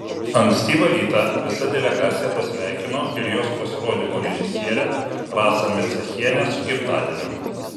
ankstyvą rytą visa delegacija pasveikino ir jos pasirodymo režisierę rasą micachienę su gimtadieniu